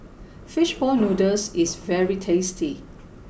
Fish Ball Noodles is very tasty